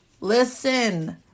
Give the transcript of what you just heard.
Listen